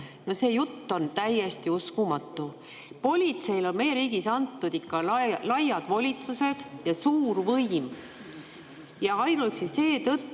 No see jutt on täiesti uskumatu. Politseile on meie riigis antud ikka laiad volitused ja suur võim. Ainuüksi seetõttu